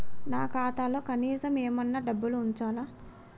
నా ఖాతాలో కనీసం ఏమన్నా డబ్బులు ఉంచాలా?